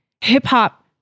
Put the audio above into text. hip-hop